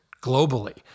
globally